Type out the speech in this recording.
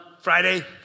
Friday